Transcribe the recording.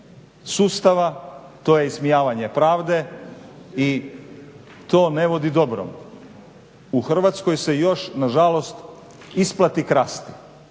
sustava, to je ismijavanje pravde i to ne vodi dobrom. U Hrvatskoj se još nažalost isplati krasti.